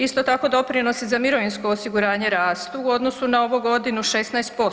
Isto tako doprinosi za mirovinsko osiguranje rastu u odnosu na ovu godinu 16%